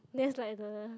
that's like the